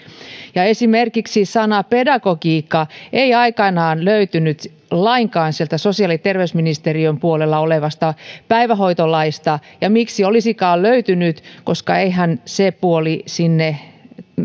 esimerkiksi sana pedagogiikka ei aikanaan löytynyt lainkaan sosiaali ja terveysministeriön puolella olevasta päivähoitolaista ja miksi olisikaan löytynyt koska eihän se puoli sinne